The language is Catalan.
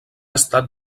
estat